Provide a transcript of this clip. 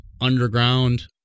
underground